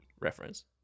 reference